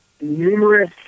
numerous